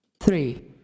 Three